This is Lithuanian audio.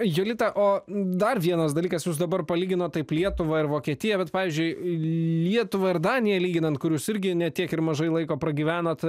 jolita o dar vienas dalykas jūs dabar palyginot taip lietuvą ir vokietiją bet pavyzdžiui lietuvą ir daniją lyginant kur jūs irgi ne tiek ir mažai laiko pragyvenot